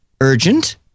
urgent